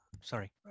Sorry